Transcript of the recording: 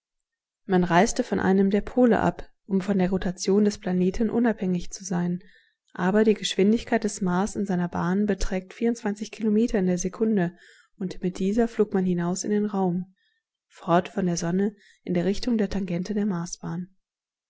man reiste von einem der pole ab um von der rotation des planeten unabhängig zu sein aber die geschwindigkeit des mars in seiner bahn beträgt vierundzwanzig kilometer in der sekunde und mit dieser flog man hinaus in den raum fort von der sonne in der richtung der tangente der marsbahn